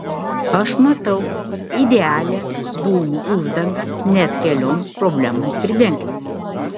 aš matau idealią dūmų uždangą net kelioms problemoms pridengti